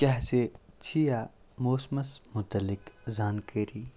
کیٛاہ ژےٚ چھِیا موسمَس مُتعلق زانکٲری